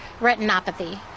retinopathy